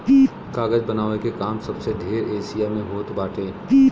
कागज बनावे के काम सबसे ढेर एशिया में होत बाटे